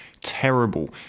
Terrible